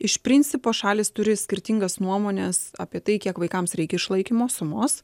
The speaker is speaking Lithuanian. iš principo šalys turi skirtingas nuomones apie tai kiek vaikams reikia išlaikymo sumos